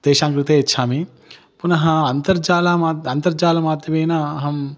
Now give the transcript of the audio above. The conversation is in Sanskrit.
तेषां कृते यच्छामि पुनः अन्तर्जालात् अन्तर्जालमाध्यमेन अहम्